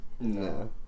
No